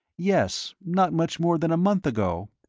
yes, not much more than a month ago.